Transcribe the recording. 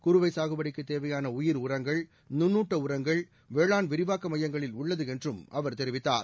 குறுவை சாகுபடிக்கு தேயான உயிர் உரங்கள் நுண்னுட்ட உரங்கள் வேளாண் விரிவாக்க மையங்களில் உள்ளது என்றும் அவர் தெரிவித்தார்